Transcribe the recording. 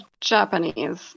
Japanese